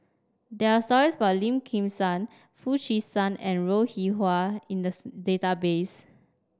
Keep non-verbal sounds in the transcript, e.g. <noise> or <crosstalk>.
there are stories about Lim Kim San Foo Chee San and Ro Rih Hwa in the <unintelligible> database